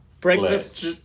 Breakfast